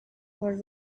were